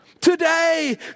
Today